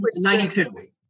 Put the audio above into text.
92